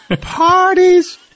Parties